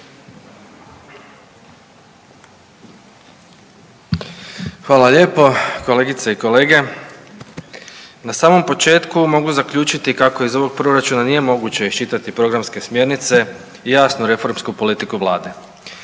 Hvala lijepo kolegice i kolege, na samom početku mogu zaključiti kako iz ovog Proračuna nije moguće iščitati programske smjernice i jasnu reformsku politiku Vlade.